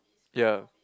ya